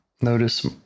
notice